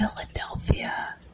Philadelphia